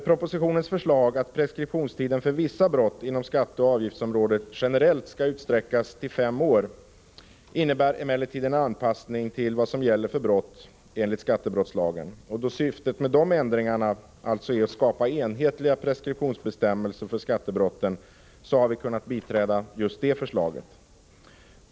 Propositionens förslag att preskriptionstiden för vissa brott inom skatteoch avgiftsområdet generellt skall utsträckas till fem år innebär emellertid en anpassning till vad som gäller för brott enligt skattebrottslagen. Då syftet med ändringarna alltså är att skapa enhetliga preskriptionsbestämmelser för skattebrotten har vi kunnat biträda just det förslaget.